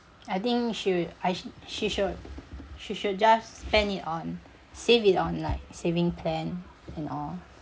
I think she will I she should she should just spend it on save it on like saving plan and all